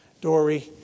Dory